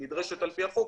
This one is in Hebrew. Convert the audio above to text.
שנדרשת על פי החוק,